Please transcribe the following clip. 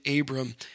Abram